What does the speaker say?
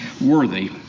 worthy